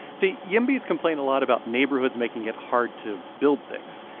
see yimbys complain a lot about neighborhoods making it hard to build things.